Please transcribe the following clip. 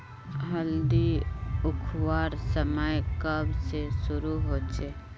हल्दी उखरवार समय कब से शुरू होचए?